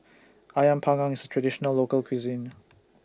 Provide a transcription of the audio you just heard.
Ayam Panggang IS A Traditional Local Cuisine